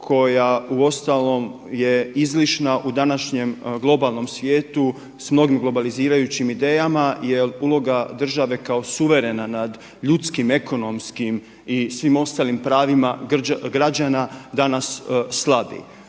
koja uostalom je izlišna u današnjem globalnom svijetu sa mnogim globalizirajućim idejama jer uloga države kao suverena nad ljudskim ekonomskim i svim ostalim pravima građana danas slavi.